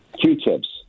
q-tips